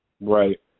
right